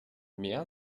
mehr